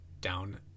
down